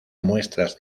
muestras